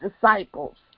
disciples